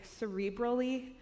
cerebrally